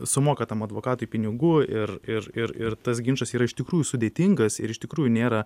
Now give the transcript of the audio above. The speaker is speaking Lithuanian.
sumoka tam advokatui pinigų ir ir ir ir tas ginčas yra iš tikrųjų sudėtingas ir iš tikrųjų nėra